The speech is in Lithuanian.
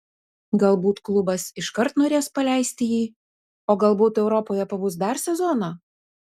galbūt klubas iškart norės paleisti jį o galbūt europoje pabus dar sezoną